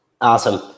Awesome